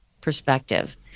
perspective